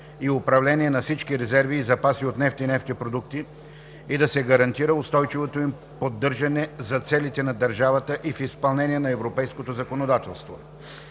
и управление на всички резерви и запаси от нефт и нефтопродукти и да се гарантира устойчивото им поддържане за целите на държавата и в изпълнение на европейското законодателство.